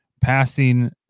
passing